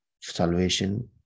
salvation